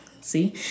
see